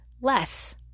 less